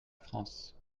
france